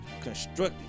constructive